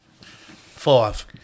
Five